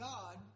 God